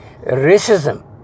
racism